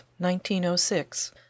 1906